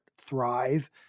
thrive